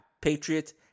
Patriots